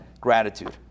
gratitude